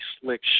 slick